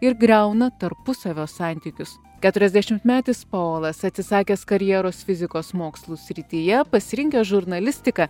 ir griauna tarpusavio santykius keturiasdešimtmetis paolas atsisakęs karjeros fizikos mokslų srityje pasirinkęs žurnalistiką